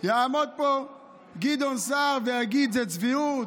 יעמוד פה גדעון סער ויגיד: זו צביעות?